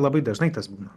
labai dažnai tas būna